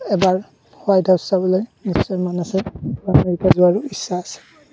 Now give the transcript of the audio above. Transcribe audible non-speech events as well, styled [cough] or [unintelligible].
এবাৰ White House চাবলৈ নিশ্চয় মন আছে [unintelligible] ইচ্ছা আছে